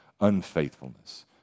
unfaithfulness